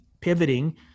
pivoting